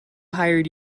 hired